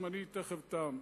זמני תיכף תם.